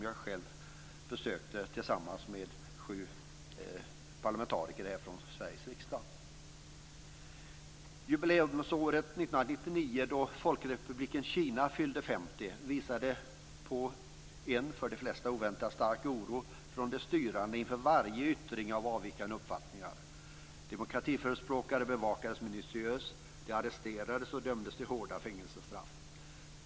Jag besökte dem själv tillsammans med sju parlamentariker från Sveriges riksdag. Jubileumsåret 1999, då Folkrepubliken Kina fyllde 50, visade på en för de flesta oväntat stark oro från de styrande inför varje yttring av avvikande uppfattningar. Demokratiförespråkare bevakades minutiöst, de arresterades och dömdes till hårda fängelsestraff.